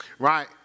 Right